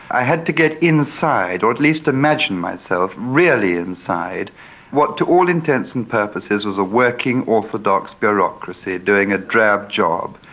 i had to get inside or at least imagine myself really inside what to all intents and purposes was a working orthodox bureaucracy doing a drab job.